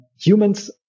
humans